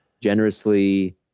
generously